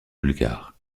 bulgares